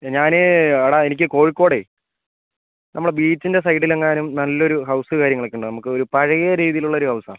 ഞാൻ എടാ എനിക്ക് കോഴിക്കോടേ നമ്മള ബീച്ചിൻ്റെ സൈഡിൽ എങ്ങാനും നല്ലൊരു ഹൗസ് കാര്യങ്ങളൊക്കെ ഉണ്ടോ നമുക്ക് ഒരു പഴയ രീതിയിൽ ഉള്ള ഒരു ഹൗസ് ആണ്